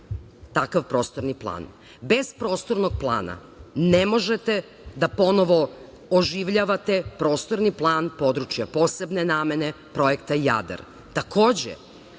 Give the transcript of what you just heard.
takav prostorni plan. Bez prostornog plana ne možete da ponovo oživljavate prostorni plan područja posebne namene projekta